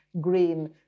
green